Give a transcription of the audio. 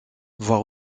voir